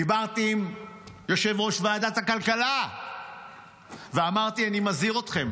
דיברתי עם יושב-ראש ועדת הכלכלה ואמרתי: אני מזהיר אתכם,